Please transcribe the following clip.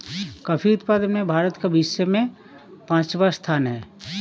coffee उत्पादन में भारत का विश्व में पांचवा स्थान है